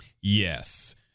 Yes